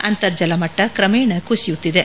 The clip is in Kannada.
ಅಂತರ್ಜಲ ಮಟ್ಟ ಕ್ರಮೇಣ ಕುಸಿಯುತ್ತಿದೆ